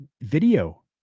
Video